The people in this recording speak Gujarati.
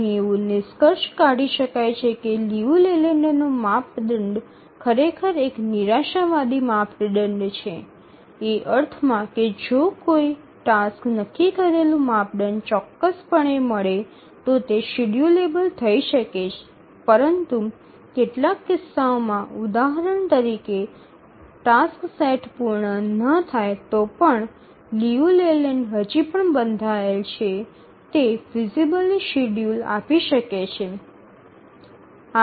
અહીં એવું નિષ્કર્ષ કાઢી શકાય છે કે લિયુ લેલેન્ડનો માપદંડ ખરેખર એક નિરાશાવાદી માપદંડ છે એ અર્થમાં કે જો કોઈ ટાસ્ક નક્કી કરેલું માપદંડ ચોક્કસપણે મળે તો તે શેડ્યૂલેબલ થઈ શકે પરંતુ કેટલાક કિસ્સાઓમાં ઉદાહરણ તરીકે ટાસક્સ સેટ પૂર્ણ ન થાય તો પણ લિયુ લેલેન્ડ હજી પણ બંધાયેલ છે તે ફિઝિબલી શેડ્યૂલ આપી શકે છે